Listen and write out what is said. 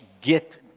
get